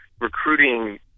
Recruiting